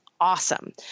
awesome